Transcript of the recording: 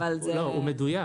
השיעור --- אנחנו נבדוק,